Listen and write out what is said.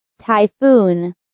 Typhoon